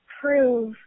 prove